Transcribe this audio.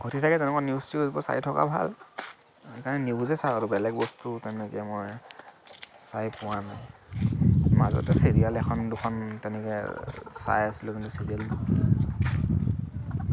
ঘটি থাকে তেনেকুৱা নিউজ চিউজবোৰ চাই থকা ভাল সেইকাৰণে নিউজে চাওঁ আৰু বেলেগ বস্তু তেনেকে মই চাই পোৱা নাই মাজতে চিৰিয়েল এখন দুখন তেনেকে চাই আছিলো কিন্তু